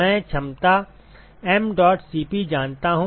मैं क्षमता mdot Cp जानता हूँ